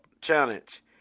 challenge